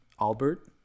albert